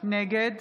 נגד